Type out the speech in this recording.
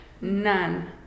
None